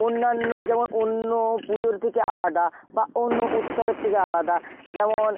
অন্যান্য যেমন অন্য পুজোর থেকে আলাদা বা অন্য উৎসবের থেকে আলাদা যেমন